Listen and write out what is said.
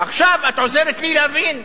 עכשיו את עוזרת לי להבין.